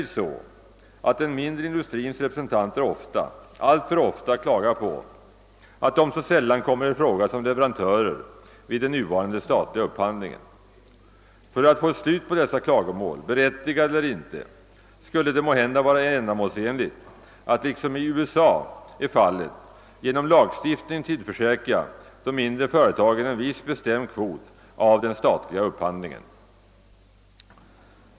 Den mindre industrins representanter klagar emellertid ofta, alltför ofta, på att de så sällan kommer i fråga som leverantörer vid den nuvarande statliga upphandlingen. För att få slut på dessa klagomål, berättigade eller ej, skulle det måhända vara ändamålsenligt att liksom i USA genom lagstiftning tillförsäkra de mindre företagen en viss, bestämd kvot av den statliga upphandlingen.